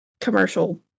commercial